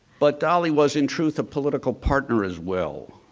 but dolley was in truth of political partner as well,